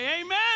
Amen